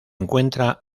encuentra